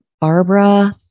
Barbara